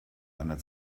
einer